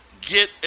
get